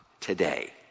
today